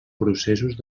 processos